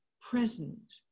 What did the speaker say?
present